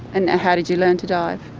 and how did you learn to dive?